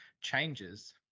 changes